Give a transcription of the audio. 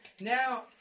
Now